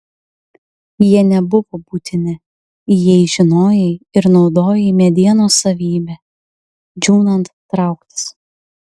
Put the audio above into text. jie nebuvo būtini jei žinojai ir naudojai medienos savybę džiūnant trauktis